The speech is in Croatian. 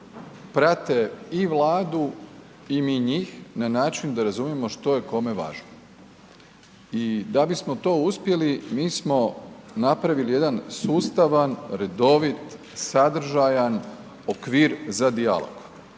prate i Vladu i mi njih na način da razumijemo što je kome važno i da bismo to uspjeli mi smo napravili jedan sustavan redovit, sadržajan okvir za dijalog